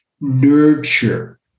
nurture